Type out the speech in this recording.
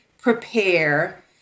prepare